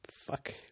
fuck